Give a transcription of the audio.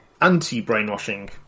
anti-brainwashing